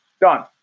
Done